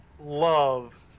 love